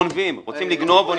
גונבים, רוצים לגנוב אוניברסיטה.